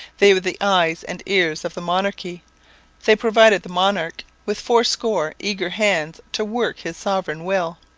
they were the eyes and ears of the monarchy they provided the monarch with fourscore eager hands to work his sovereign will.